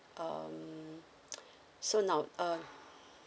um so now uh